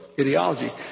ideology